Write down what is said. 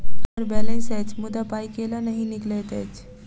हम्मर बैलेंस अछि मुदा पाई केल नहि निकलैत अछि?